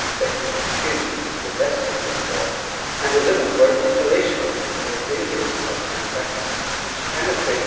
infecting the skin which is the less severe form and eleven were inhalational the more dangerous type of anthrax which can infect